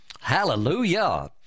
hallelujah